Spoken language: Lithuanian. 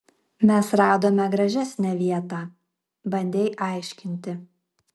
mes radome gražesnę vietą bandei aiškinti